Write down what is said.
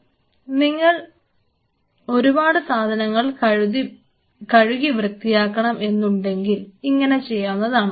അത് നിങ്ങൾക്ക് ഒരുപാട് സാധനങ്ങൾ കഴുകി വൃത്തിയാക്കണം എന്നുണ്ടെങ്കിൽ ഇങ്ങനെ ചെയ്യാവുന്നതാണ്